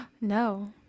no